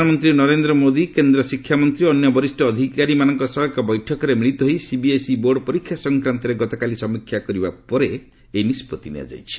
ପ୍ରଧାନମନ୍ତ୍ରୀ ନରେନ୍ଦ୍ର ମୋଦୀ କେନ୍ଦ୍ର ଶିକ୍ଷାମନ୍ତ୍ରୀ ଓ ଅନ୍ୟ ବରିଷ ଅଧିକାରୀମାନଙ୍କ ସହ ଏକ ବୈଠକରେ ମିଳିତ ହୋଇ ସିବିଏସ୍ଇ ବୋର୍ଡ ପରୀକ୍ଷା ସଂକ୍ରାନ୍ତରେ ଗତକାଲି ସମୀକ୍ଷା କରିବା ପରେ ଏହି ନିଷ୍ପଭି ନିଆଯାଇଛି